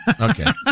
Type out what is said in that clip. Okay